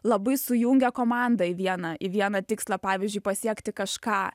labai sujungia komandą į vieną į vieną tikslą pavyzdžiui pasiekti kažką